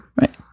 right